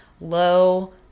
low